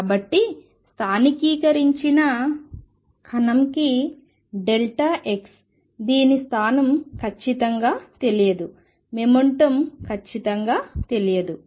కాబట్టి స్థానికీకరించిన కణం కి డెల్టా x దీని స్థానం ఖచ్చితంగా తెలియదు మొమెంటం ఖచ్చితంగా తెలియదు